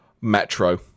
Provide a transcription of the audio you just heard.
Metro